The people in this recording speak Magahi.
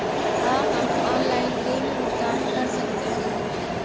का हम आनलाइन ऋण भुगतान कर सकते हैं?